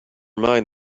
mind